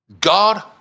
God